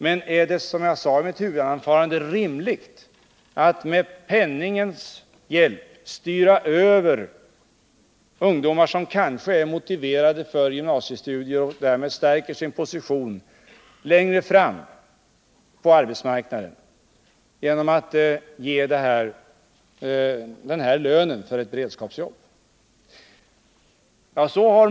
Men är det, som jag sade i mitt huvudanförande, rimligt att med penningens hjälp styra över ungdomar som kanske är motiverade för gymnasiestudier, och som därmed längre fram skulle kunna stärka sin position på arbetsmarknaden, genom att betala den här lönen för ett beredskapsarbete?